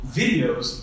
videos